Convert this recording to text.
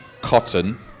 cotton